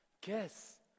Guess